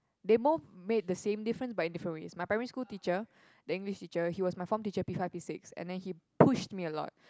they both made the same difference but in different ways my primary school teacher the English teacher he was my form teacher P five P six and then he pushed me a lot